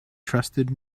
trusted